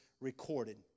recorded